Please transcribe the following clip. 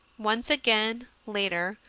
once again, later,